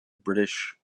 british